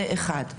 זה דבר ראשון.